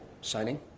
signing